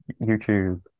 YouTube